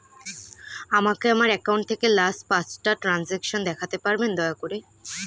আমাকে আমার অ্যাকাউন্ট থেকে লাস্ট পাঁচটা ট্রানজেকশন দেখাতে পারবেন দয়া করে